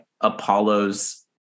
Apollo's